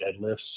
deadlifts